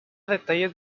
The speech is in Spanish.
detalles